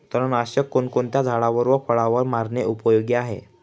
तणनाशक कोणकोणत्या झाडावर व फळावर मारणे उपयोगी आहे?